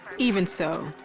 even so,